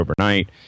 overnight